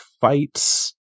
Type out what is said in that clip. fights